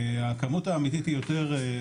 הכמות האמיתית היא יותר,